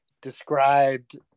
described